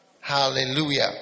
Hallelujah